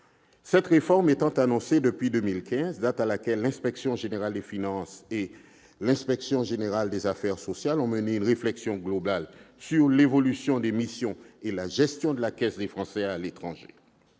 Cette réforme était annoncée depuis 2015, date à laquelle l'Inspection générale des finances et l'Inspection générale des affaires sociales ont mené une réflexion globale sur l'évolution des missions et de la gestion de la Caisse des Français de l'étranger.